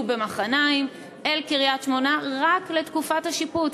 במחניים אל קריית-שמונה רק לתקופת השיפוץ,